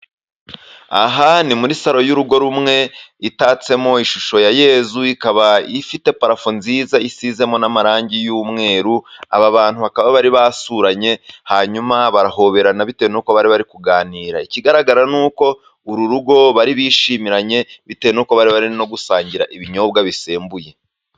Aha ni muri salo y'urugo rumwe itatsemo ishusho ya Yezu ikaba ifite parafo nziza, isizemo n'amarangi y'umweru, aba bantu bakaba bari basuranye, hanyuma barahoberana bitewe nuko bari bari kuganira ikigaragara ni uko, uru rugo bari bishimiranye, bitewe n'uko bari bari no gusangira ibinyobwa bisembuye.